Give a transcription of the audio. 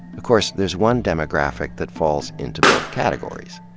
of course, there's one demographic that falls into both categories.